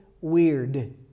weird